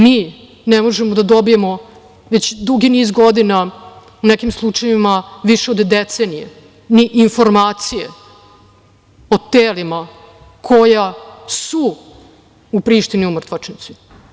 Mi ne možemo da dobijemo već dugi niz godina, u nekim slučajevima više od decenije, ni informacije o telima koja su u Prištini u mrtvačnici.